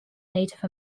native